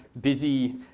busy